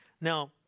Now